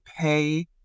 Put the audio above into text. pay